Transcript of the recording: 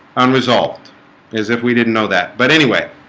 unresolved as if we didn't know that but anyway